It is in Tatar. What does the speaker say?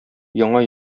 яңа